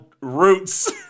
Roots